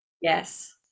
yes